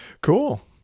Cool